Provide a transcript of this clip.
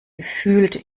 gefühlt